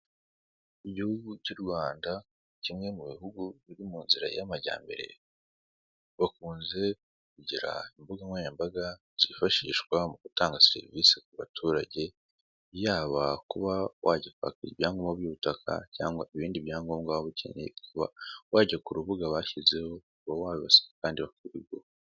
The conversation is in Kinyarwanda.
Igihugu cy'u Rwanda kimwe mu bihugu biri mu nzira y'amajyambere, bakunze kugira imbuga nkoranyambaga zifashishwa mu gutanga serivisi ku baturage, yaba kuba wajya kwaka ibyangombwa by'ubutaka cyangwa ibindi byangombwa waba ukeneye ukaba wajya ku rubuga bashyizeho ukaba wabisaba kandi bakabiguha.